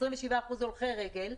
27% הולכי רגל,